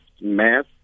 math